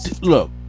look